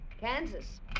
Kansas